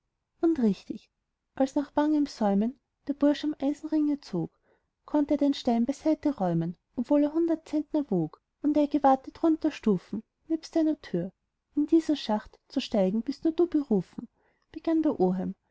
und richtig als nach bangem säumen der bursch am eisenringe zog konnt er den stein beiseite räumen obwohl er hundert zentner wog und er gewahrte drunter stufen nebst einer tür in diesen schacht zu steigen bist nur du berufen begann der oheim